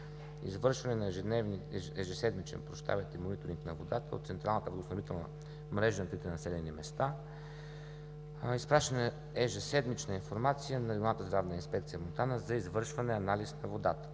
извършване на ежеседмичен мониторинг на водата от централната водоснабдителна мрежа на трите населени места; изпращане на ежеседмична информация на Регионалната здравна инспекция – Монтана, за извършване анализ на водата.